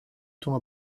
temps